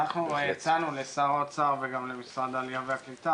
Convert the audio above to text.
אנחנו הצענו לשר האוצר וגם למשרד העלייה והקליטה